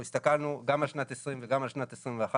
הסתכלנו גם על שנת 2020 וגם על שנת 2021,